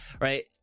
Right